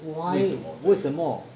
why 为什么